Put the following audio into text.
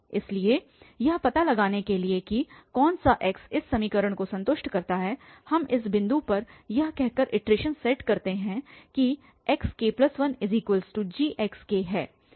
इसलिए यह पता लगाने के लिए कि कौन सा x इस समीकरण को संतुष्ट करता है हम इस बिंदु पर यह कहकर इटरेशन सेट करते हैं कि यह xk1gxk है